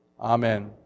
Amen